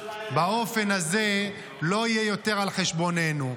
באופן הזה לא יהיה יותר על חשבוננו.